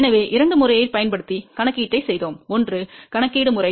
எனவே இரண்டு முறையைப் பயன்படுத்தி கணக்கீட்டைச் செய்தோம் ஒன்று கணக்கீடு முறை